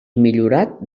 millorat